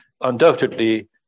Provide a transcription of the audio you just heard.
undoubtedly